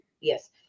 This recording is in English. yes